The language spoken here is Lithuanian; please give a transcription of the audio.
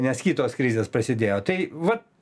nes kitos krizės prasidėjo tai vat